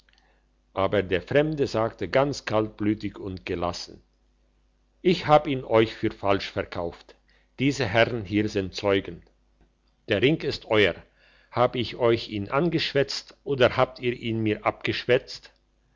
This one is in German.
aber der fremde sagte ganz kaltblütig und gelassen ich hab ihn euch für falsch verkauft diese herren hier sind zeugen der ring ist euer hab ich euch ihn angeschwätzt oder habt ihr ihn mir abgeschwätzt